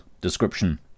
description